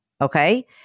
okay